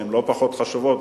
שהן לא פחות חשובות,